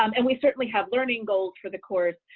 um and we certainly have learning goals for the course,